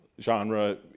genre